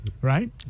right